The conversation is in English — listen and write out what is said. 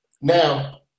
Now